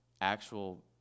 actual